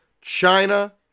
China